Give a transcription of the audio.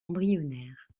embryonnaire